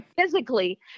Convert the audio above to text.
physically